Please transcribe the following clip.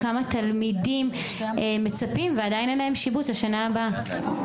ואם אין נתון,